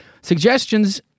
Suggestions